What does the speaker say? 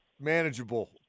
manageable